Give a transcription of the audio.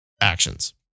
actions